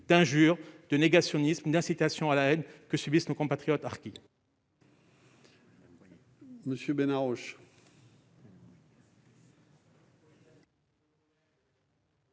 injures, propos négationnistes, incitations à la haine -que subissent nos compatriotes harkis.